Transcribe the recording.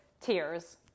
tears